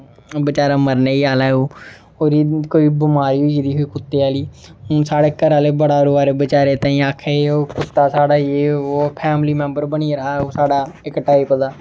बचारा मरने गै आह्ला ऐ ओह् ओह्दी कोई बमारी होई गेदी ही कुत्ते आह्ली हून साढ़े घरे आह्ले बड़ा रोआ दे बचारे ताहीं आखा दे ओह् कुत्ता साढ़ा जे वो फैमली मेंबर बनी गेदा हा ओह् साढ़ा इक टाइप दा